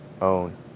own